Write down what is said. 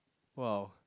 !wow!